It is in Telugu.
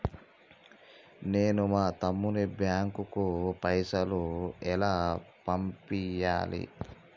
నేను మా తమ్ముని బ్యాంకుకు పైసలు ఎలా పంపియ్యాలి?